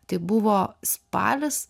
tai buvo spalis